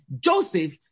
Joseph